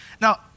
Now